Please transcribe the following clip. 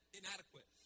inadequate